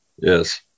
Yes